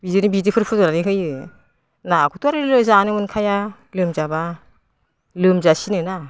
बिदिनि बिदैफोर फुदुंनानै होयो नाखौथ' आरो ओरैनो जानो मोनखाया लोमजाब्ला लोमजासिनो ना